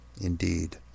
Indeed